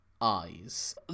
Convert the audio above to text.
eyes